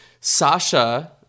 Sasha